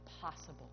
possible